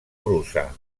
russa